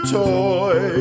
toy